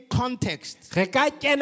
context